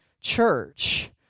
church